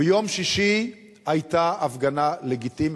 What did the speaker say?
ביום שישי היתה הפגנה לגיטימית,